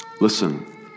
Listen